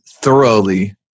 thoroughly